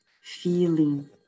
Feeling